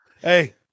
Hey